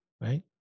right